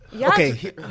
Okay